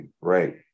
Right